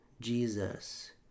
Jesus